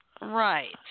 Right